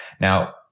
Now